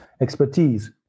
expertise